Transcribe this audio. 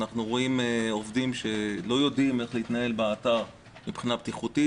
אנחנו רואים עובדים שלא יודעים איך להתנהל באתר מבחינת הבטיחות.